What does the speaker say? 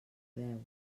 beu